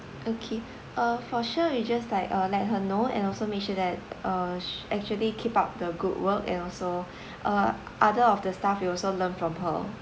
okay uh for sure we just like uh let her know and also make sure that uh she actually keep up the good work and also uh other of the staff will also learn from her